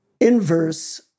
inverse